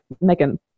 Megan